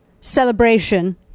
celebration